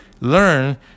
learn